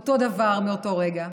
אותו הדבר מאותו רגע.